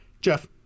Jeff